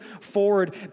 forward